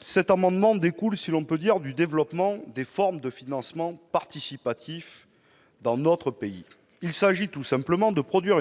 Ces dispositions découlent, si l'on peut dire, du développement des formes de financement participatif dans notre pays. Il s'agit tout simplement d'étendre